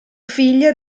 figlia